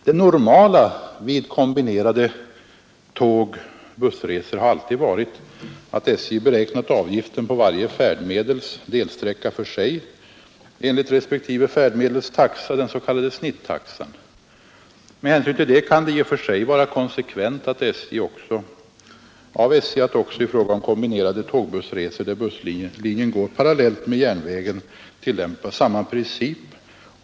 Det normala vid kombinerade tåg-bussresor har alltid varit att SJ beräknat avgiften på varje färdmedels delsträcka för sig enligt respektive färdmedels taxa, den s.k. snittaxan. Med hänsyn till detta kan det i och för sig vara konsekvent av SJ att också i fråga om kombinerade tåg-bussresor, där busslinjen går parallellt med järnvägen, tillämpa samma princip.